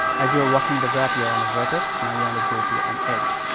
as you are working the graph you are on a vertex, now you want to go to an edge,